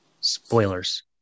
spoilers